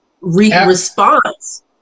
response